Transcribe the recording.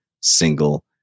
single